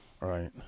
Right